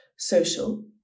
Social